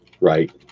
Right